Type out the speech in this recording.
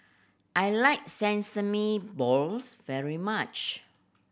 I like sesame balls very much